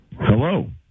hello